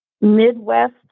Midwest